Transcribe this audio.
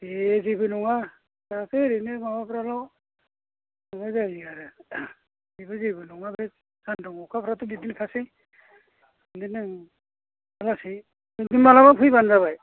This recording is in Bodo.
दे जेबो नङा दाथ' ओरैनो माबाफ्राल' माबा जायो आरो बेफोर जेबो नङा बे सानदुं अखाफ्राथ' बिदिनोखासै बिदिनो ओं जासै मालाबा फैबानो जाबाय